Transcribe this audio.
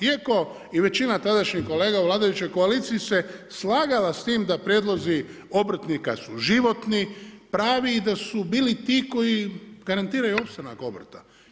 Iako većina i tadašnjih kolega u vladajućoj koaliciji se slagala s tim da prijedlozi obrtnika su životni, pravi i da su bili ti koji garantiraju opstanak obrta.